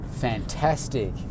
fantastic